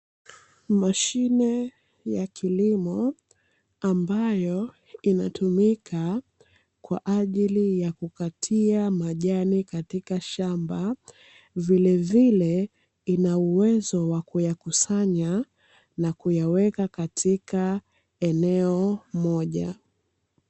Mashine ya kilimo ambayo inatumika kwa ajili ya kukatia majani katika shamba, vilevile ina uwezo wa kuyakusanya na kuyaweka katika eneo moja.